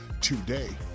today